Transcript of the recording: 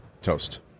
Toast